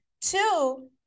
two